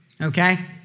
okay